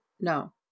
No